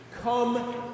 Come